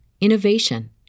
innovation